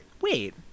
Wait